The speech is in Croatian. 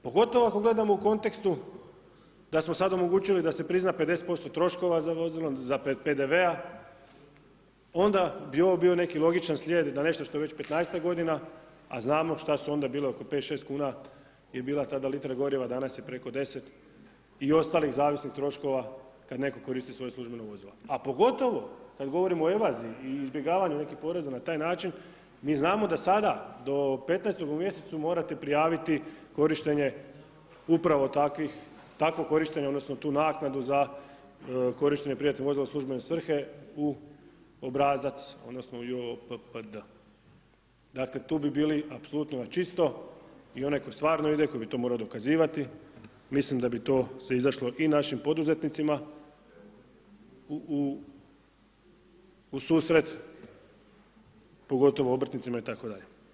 Pogotovo ako gledamo u kontekstu da sad omogućili da se prizna 50% troškova za vozila, za PDV-a, onda bi ovo bio neki logičan slijed da nešto što je već 15-ak godina, a znamo šta su onda bile oko 5-6 kuna je bila tada litra goriva, danas je preko 10 i ostalih zavisnih troškova kad netko koristi svoje službeno vozilo, a pogotovo kad govorimo o ... i izbjegavanju nekih poreza na taj način, mi znamo da sada do 15. u mjesecu morate prijaviti korištenje upravo takvih, takvo korištenja odnosno tu naknadu za korištenje privatnih vozila u službene svrhe u obrazac odnosno ... Dakle, tu bi bili apsolutno na čisto i onaj tko stvarno ide, tko bi to morao dokazivati, mislim da bi to se izašlo i našim poduzetnicima u susret, pogotovo obrtnicima itd.